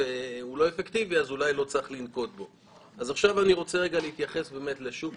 אני באמת מקווה